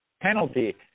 penalty